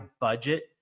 budget